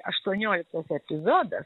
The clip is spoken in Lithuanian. aštuonioliktas epizodas